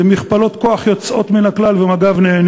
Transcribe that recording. כך נבטיח